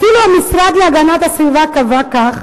אפילו המשרד להגנת הסביבה קבע כך,